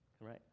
right